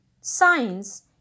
science